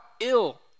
ill